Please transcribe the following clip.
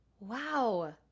Wow